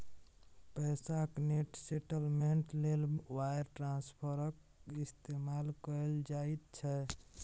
पैसाक net settlement लेल wire ट्रांस्फरक इस्तेमाल कएल जाइत छै